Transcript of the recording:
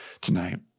tonight